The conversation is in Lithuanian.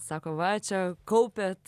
sako va čia kaupiat